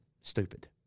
stupid